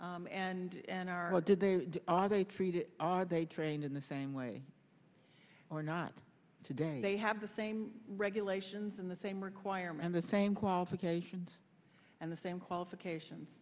and are did they are they treated are they trained in the same way or not today they have the same regulations and the same requirements the same qualifications and the same qualifications